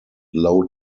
low